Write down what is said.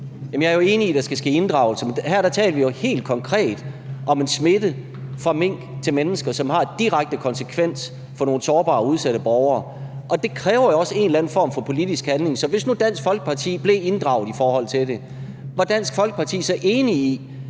jeg er enig i, at der skal ske inddragelse, men her taler vi jo helt konkret om en smitte fra mink til mennesker, som har en direkte konsekvens for nogle sårbare og udsatte borgere. Og det kræver jo også en eller anden form for politisk handling. Så hvis nu Dansk Folkeparti blev inddraget i forhold til det, var Dansk Folkeparti så enig i,